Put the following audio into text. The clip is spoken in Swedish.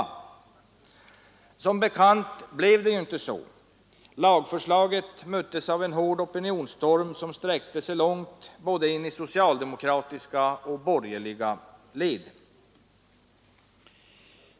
Som bekant blev det inte så. Lagförslaget möttes av en hård opinionsstorm, som sträckte sig långt in i både socialdemokratiska och borgerliga led.